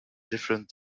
different